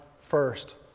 first